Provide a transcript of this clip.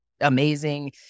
amazing